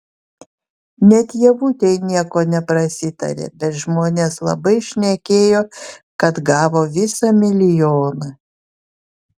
net ievutei nieko neprasitarė bet žmonės labai šnekėjo kad gavo visą milijoną